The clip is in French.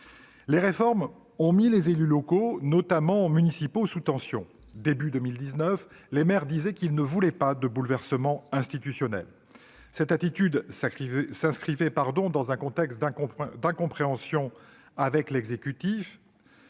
Les réformes ont mis les élus locaux, notamment municipaux, sous tension. Ainsi, au début de 2019, les maires disaient ne pas vouloir de bouleversement institutionnel. Cette attitude s'inscrivait dans un contexte d'incompréhension avec l'exécutif